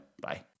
Bye